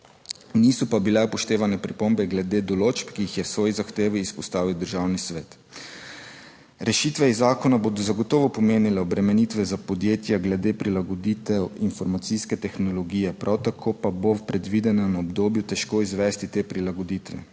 niso pa bile upoštevane pripombe glede določb, ki jih je v svoji zahtevi izpostavil Državni svet. Rešitve iz zakona bodo zagotovo pomenile obremenitve za podjetja glede prilagoditev informacijske tehnologije, prav tako pa bo v predvidenem obdobju težko izvesti te prilagoditve